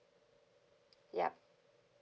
yup